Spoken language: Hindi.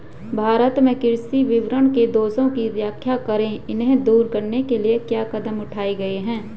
भारत में कृषि विपणन के दोषों की व्याख्या करें इन्हें दूर करने के लिए क्या कदम उठाए गए हैं?